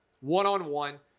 One-on-one